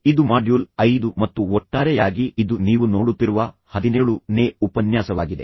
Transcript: ಇದು ಮಾಡ್ಯೂಲ್ 5 ಮತ್ತು ಒಟ್ಟಾರೆಯಾಗಿ ಇದು ನೀವು ನೋಡುತ್ತಿರುವ 17ನೇ ಉಪನ್ಯಾಸವಾಗಿದೆ